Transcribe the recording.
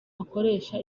akoresha